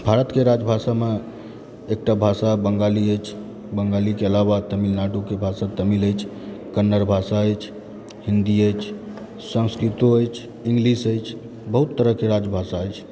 भारतकेँ राजभाषामे एकटा भाषा बंगाली अछि बंगालीके आलावा तमिलनाडुके भाषा तमिल अछि कन्नड़ भाषा अछि हिन्दी अछि संस्कृतो अछि इंग्लिश अछि बहुत तरहकेँ राजभाषा अछि